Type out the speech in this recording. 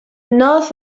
north